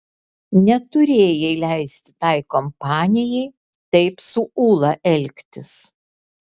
neturėjai leisti tai kompanijai taip su ūla elgtis